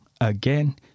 again